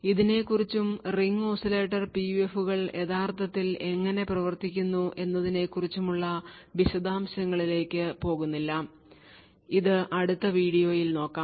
ഇതിനെക്കുറിച്ചും ring oscillator PUF കൾ യഥാർത്ഥത്തിൽ എങ്ങനെ പ്രവർത്തിക്കുന്നു എന്നതിനെക്കുറിച്ചും ഉള്ള വിശദാംശങ്ങളിലേക്ക് പോകുന്നില്ല ഇത് അടുത്ത വീഡിയോയിൽ നോക്കാം